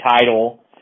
title